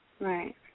right